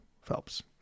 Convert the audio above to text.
Phelps